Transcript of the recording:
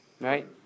Right